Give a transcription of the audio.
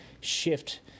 shift